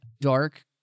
dark